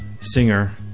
singer